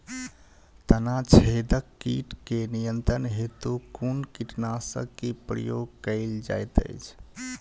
तना छेदक कीट केँ नियंत्रण हेतु कुन कीटनासक केँ प्रयोग कैल जाइत अछि?